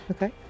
Okay